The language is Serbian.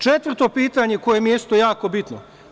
Četvrto pitanje koje mi je isto jako bitno.